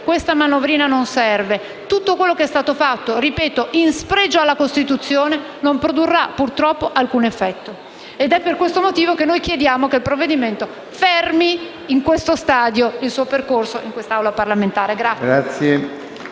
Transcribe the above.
Questa manovrina non serve. Tutto quello che è stato fatto - ripeto - in spregio alla Costituzione non produrrà purtroppo alcun effetto. È per questo motivo che noi chiediamo che il provvedimento fermi in questo stadio il suo percorso in quest'Aula parlamentare.